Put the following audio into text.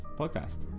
podcast